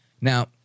Now